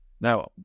Now